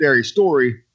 story